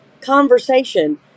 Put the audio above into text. conversation